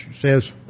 says